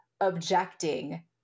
objecting